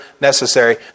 necessary